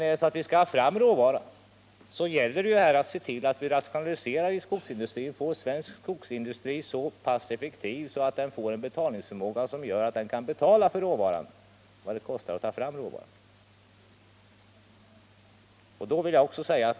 Om vi skall få fram råvara, gäller det att se till att vi rationaliserar den svenska skogsindustrin, så att den blir effektiv och får en betalningsförmåga som gör att den kan betala vad det kostar att ta fram råvaran.